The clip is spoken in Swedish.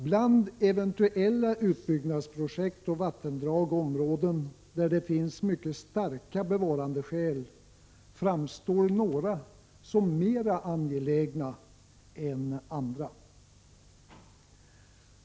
Bland eventuella utbyggnadsprojekt och vattendrag eller områden där det finns mycket starka bevarandeskäl framstår några som mer angelägna än andra.